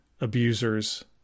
abusers